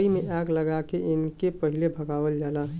लकड़ी में आग लगा के इनके पहिले भगावल जाला